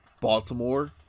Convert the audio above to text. Baltimore